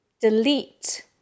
delete